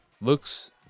looks